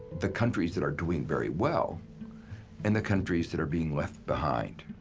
the countries that are doing very well and the countries that are being left behind.